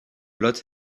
lot